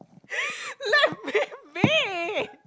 let me be